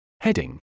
Heading